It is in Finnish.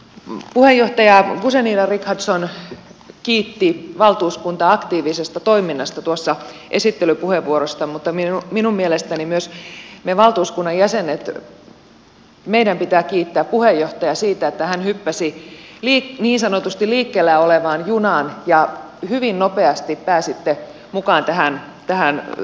puheenjohtaja guzenina richardson kiitti valtuuskuntaa aktiivisesta toiminnasta tuossa esittelypuheenvuorossaan mutta minun mielestäni myös meidän valtuuskunnan jäsenien pitää kiittää puheenjohtajaa siitä että hän hyppäsi niin sanotusti liikkeellä olevaan junaan ja hyvin nopeasti pääsitte mukaan tähän toimintaamme